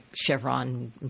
Chevron